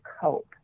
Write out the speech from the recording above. cope